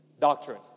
Doctrine